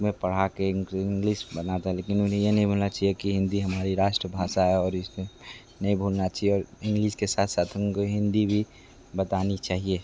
में पढ़ाके इनके इंग्लिस बनाते हैं लेकिन उन्हें ये नहीं भूलना चाहिए कि हिंदी हमारी राष्ट्रभाषा है और इसमें नहीं भूलना चाहिए और इंग्लिस के साथ साथ हम को हिंदी भी बतानी चाहिए